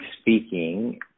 speaking